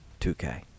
2K